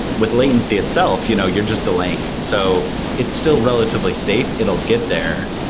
with latency itself, you know you're just delaying. so it's still relatively safe. it'll get there,